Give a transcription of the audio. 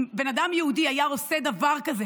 אם אדם יהודי היה עושה דבר כזה